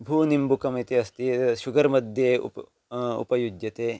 भूनिम्बुकमिति अस्ति शुगर् मध्ये उप उपयुज्यते